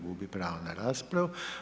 Gubi pravo na raspravu.